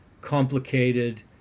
complicated